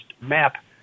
map